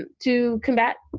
to combat